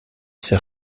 s’est